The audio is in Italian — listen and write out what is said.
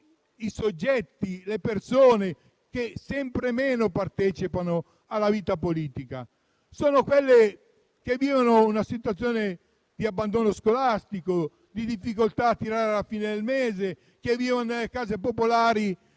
i soggetti, le persone che sempre meno partecipano alla vita politica. Sono le persone che vivono una situazione di abbandono scolastico e di difficoltà ad arrivare a fine mese, che vivono nelle case popolari,